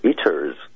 eaters